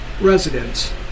residents